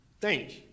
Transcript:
thanks